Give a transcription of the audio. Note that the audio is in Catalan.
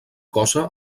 cosa